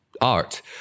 art